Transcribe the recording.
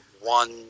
one